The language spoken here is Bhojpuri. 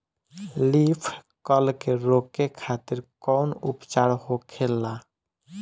लीफ कल के रोके खातिर कउन उपचार होखेला?